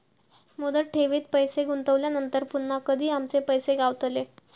मुदत ठेवीत पैसे गुंतवल्यानंतर पुन्हा कधी आमचे पैसे गावतले?